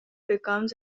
becomes